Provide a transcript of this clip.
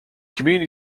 community